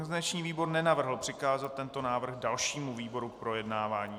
Organizační výbor nenavrhl přikázat tento návrh dalšímu výboru k projednávání.